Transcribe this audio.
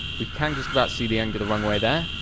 we can just about see the end of the runway there,